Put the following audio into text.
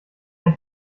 ein